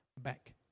back